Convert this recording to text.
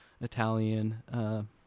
Italian